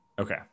Okay